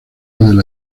del